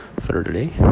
thirdly